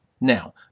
Now